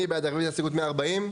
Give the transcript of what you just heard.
מי בעד רביזיה להסתייגות מספר 141?